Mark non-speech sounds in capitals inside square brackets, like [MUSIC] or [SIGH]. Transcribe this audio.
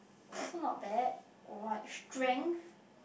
also not bad or like strength [BREATH]